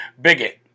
bigot